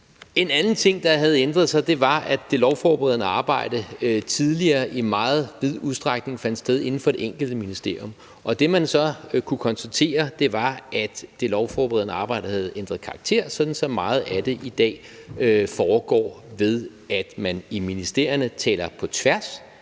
En anden ting, der havde ændret sig, var, at det lovforberedende arbejde tidligere i meget vid udstrækning fandt sted inden for det enkelte ministerium, og det, man så kunne konstatere, var, at det lovforberedende arbejde havde ændret karakter, sådan at meget af det i dag foregår ved, at man i ministerierne taler på tværs.